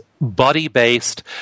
body-based